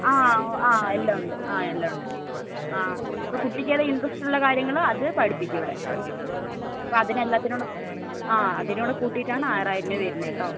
ആ ഓ ആ എല്ലാം ഉണ്ട് ആ എല്ലാം ഉണ്ട് ആ ഇപ്പോൾ കുട്ടിക്ക് ഏതാണ് ഇൻ്ററസ്റ്റ് ഉള്ള കാര്യങ്ങൾ അത് പഠിപ്പിക്കും ഇവിടെ അപ്പം അതിന് എല്ലാത്തിനോടും ആ അതിനുകൂടെ കൂട്ടിയിട്ട് ആണ് ആറായിരം രൂപ വരുന്നത് കേട്ടോ